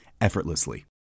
effortlessly